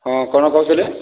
ହଁ କ'ଣ କହୁଥିଲେ